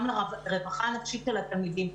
גם לרווחה הנפשית של התלמידים.